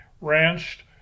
ranched